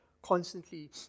Constantly